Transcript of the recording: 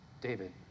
David